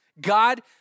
God